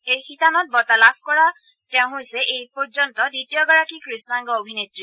এই শিতানত বঁটা লাভ কৰা তেওঁ হৈছে এই পৰ্যন্ত দ্বিতীয়গৰাকী কৃষ্ণাংগ অভিনেত্ৰী